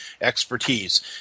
expertise